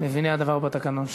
מביני הדבר בתקנון.